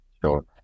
Sure